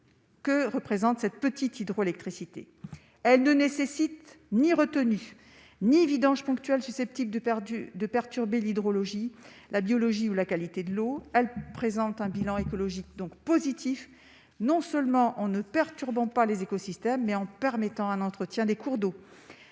que représente cette petite hydroélectricité, elle ne nécessite ni retenue ni vidange ponctuels susceptibles de perdus de perturber l'hydrologie, la biologie ou la qualité de l'eau, elle présente un bilan écologique donc positif non seulement en ne perturbant pas les écosystèmes mais en permettant à l'entretien des cours d'eau,